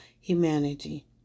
humanity